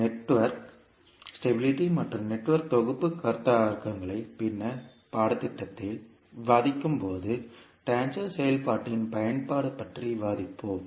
எனவே நெட்வொர்க் ஸ்திரத்தன்மை மற்றும் நெட்வொர்க் தொகுப்பு கருத்தாக்கங்களை பின்னர் பாடத்திட்டத்தில் விவாதிக்கும்போது ட்ரான்ஸ்பர் செயல்பாட்டின் பயன்பாடு பற்றி விவாதிப்போம்